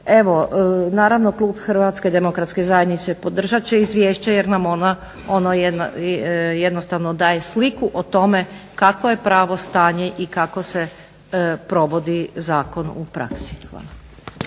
Evo, naravno klub HDZ-a podržat će izvješće jer nam ono jednostavno daje sliku o tome kakvo je pravo stanje i kako se provodi zakon u praksi.